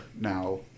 now